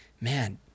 Man